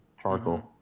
charcoal